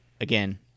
Again